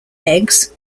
eggs